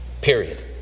period